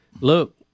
look